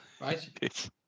Right